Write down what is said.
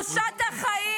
-- ההפך מקדושת החיים.